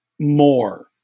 more